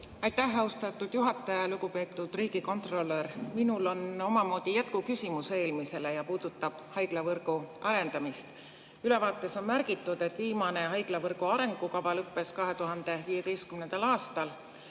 Aitäh, austatud juhataja! Lugupeetud riigikontrolör! Minul on omamoodi jätkuküsimus eelmisele ja puudutab haiglavõrgu arendamist. Ülevaates on märgitud, et viimane haiglavõrgu arengukava lõppes 2015. aastal